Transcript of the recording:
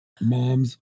mom's